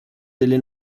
delle